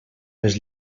les